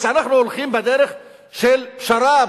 שאנחנו הולכים בדרך של פשרה,